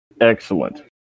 Excellent